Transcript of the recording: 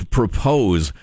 propose